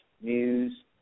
News